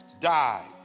died